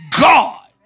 God